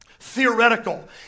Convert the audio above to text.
theoretical